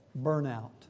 burnout